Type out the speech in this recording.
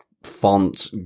font